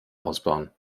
ausbauen